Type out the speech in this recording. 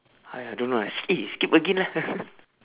!aiya! don't know lah eh skip again lah